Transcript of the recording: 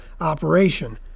operation